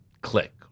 click